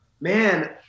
Man